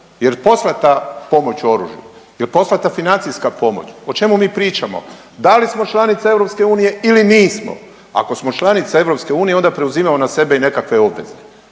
Je li poslata pomoć u oružju? Je li poslata financijska pomoć? O čemu mi pričamo? Da li smo članica EU ili nismo? Ako smo članica EU, onda preuzimamo na sebe i nekakve obveze,